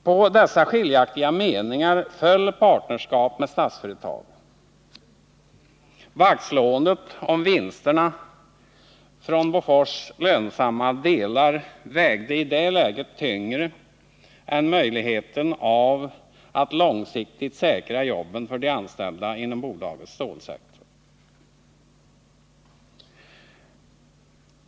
På dessa meningsskiljaktigheter föll partnerskapet med Statsföretag. Vaktslåendet om vinsterna från Bofors lönsamma delar vägde i det läget tyngre än möjligheten av att långsiktigt säkra jobben för de anställda inom bolagets stålsektor.